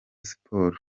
sports